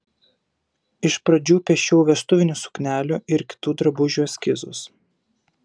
iš pradžių piešiau vestuvinių suknelių ir kitų drabužių eskizus